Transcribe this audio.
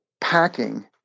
packing